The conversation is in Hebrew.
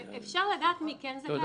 כמובן, בשמחה.